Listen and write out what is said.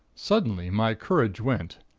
suddenly my courage went.